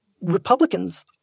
Republicans